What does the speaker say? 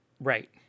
right